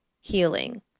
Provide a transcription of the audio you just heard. healing